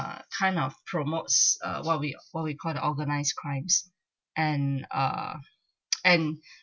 kind of promotes uh what we what we call the organized crimes and uh and